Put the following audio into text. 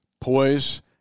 Poise